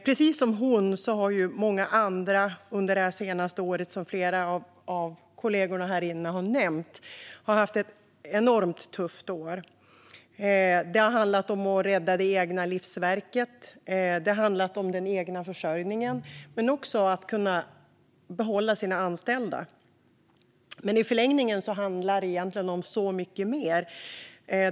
Precis som hon har många andra, som flera av mina kollegor har nämnt, haft ett enormt tufft år. Det har handlat om att rädda det egna livsverket och den egna försörjningen men också om att kunna behålla sina anställda. Men i förlängningen handlar det om så mycket mer.